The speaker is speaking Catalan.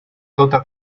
tota